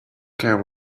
care